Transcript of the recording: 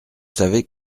savez